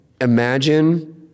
imagine